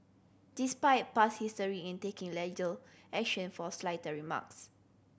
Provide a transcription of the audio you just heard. despite past history in taking action for slighter remarks